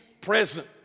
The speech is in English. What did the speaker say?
present